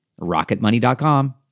RocketMoney.com